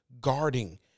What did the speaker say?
guarding